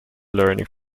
learning